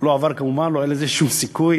לא עבר כמובן, לא היה לזה שום סיכוי,